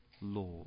law